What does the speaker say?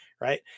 right